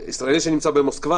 ישראלי שנמצא במוסקבה